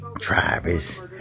Travis